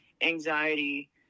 anxiety